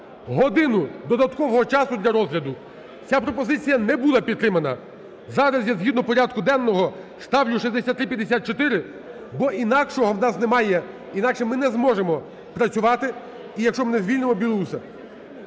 годину додаткового часу для розгляду. Ця пропозиція не була підтримана. Зараз я згідно порядку денного ставлю 6354, бо інакшого в нас немає. Інакше ми не зможемо працювати, якщо ми не звільнимо Білоуса.